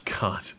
God